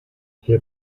hier